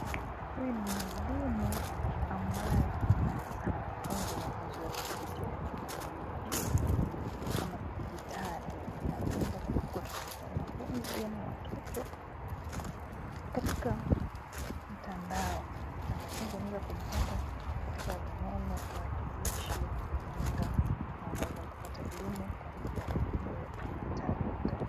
Huyu ni mwalimu ambaye anafunza wanafunzi wake kupitia njia ya kiteknolojia ama kidijitali. Wanafunzi ama watoto katika mtandao, wanafunzi wanaweza kumpata katika rununu, tarakilishi ama runinga na wanaweza kupata elimu kwa njia hiyo ya kidijitali.